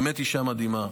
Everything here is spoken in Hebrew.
באמת אישה מדהימה,